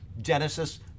genesis